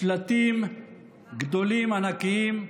בשלטים גדולים, ענקיים,